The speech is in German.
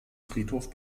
friedhof